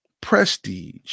prestige